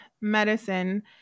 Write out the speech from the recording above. medicine